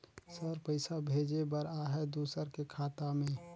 Sir पइसा भेजे बर आहाय दुसर के खाता मे?